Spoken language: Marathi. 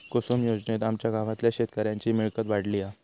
कुसूम योजनेत आमच्या गावातल्या शेतकऱ्यांची मिळकत वाढली हा